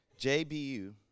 JBU